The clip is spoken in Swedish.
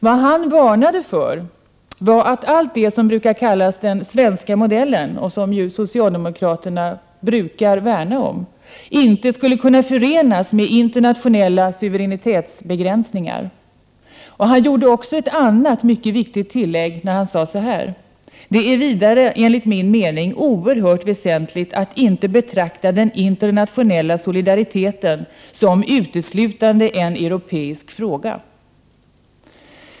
Vad han varnade för var att allt det som brukar kallas ”den svenska modellen”, och som ju socialdemokraterna brukar värna om, inte skulle kunna förenas med internationella suveränitetsbegränsningar. Han gjorde också ett annat, mycket viktigt tillägg när han sade: ”Det är vidare enligt min mening oerhört väsentligt att inte betrakta den internationella solidariteten som uteslutande en europeisk fråga”.